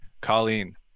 Colleen